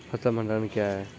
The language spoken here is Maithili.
फसल भंडारण क्या हैं?